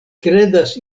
kredas